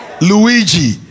Luigi